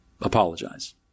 apologize